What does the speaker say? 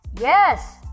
Yes